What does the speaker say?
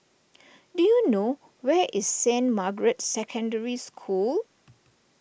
do you know where is Saint Margaret's Secondary School